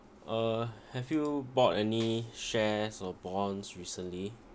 uh have you bought any shares or bonds recently